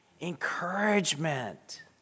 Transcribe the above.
encouragement